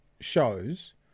shows